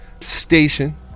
station